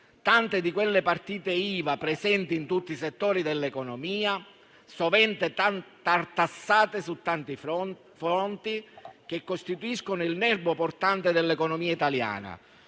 tante di quelle partite IVA presenti in tutti i settori dell'economia, sovente tartassate su tanti fronti che costituiscono il nerbo portante dell'economia italiana.